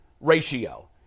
ratio